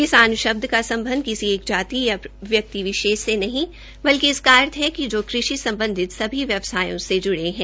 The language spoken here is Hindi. किसान शब्द का शब्द किसी एक जाति या व्यक्ति से नहीं बल्कि इसका अर्थ है कि जो कृषि सम्बधित सभी वयवसायों से जुड़े है